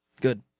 Good